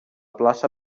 plaça